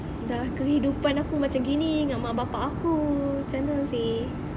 dah kehidupan aku macam gini dengan mak bapak aku cam mana seh